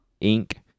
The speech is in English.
ink